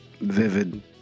vivid